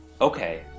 Okay